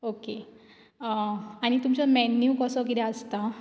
okay आनी तुमचो menu कसो कितें आसता